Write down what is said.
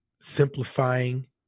simplifying